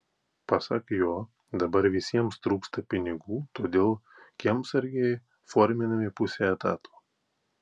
pasak jo dabar visiems trūksta pinigų todėl kiemsargiai forminami pusei etato